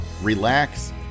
relax